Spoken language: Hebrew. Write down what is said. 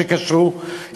שקשרו,